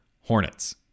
Hornets